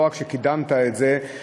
לא רק שקידמת את זה,